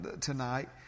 tonight